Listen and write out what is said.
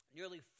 Nearly